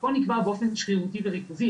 הכל נקבע באופן שרירותי וריכוזי.